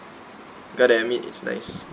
got to admit it's nice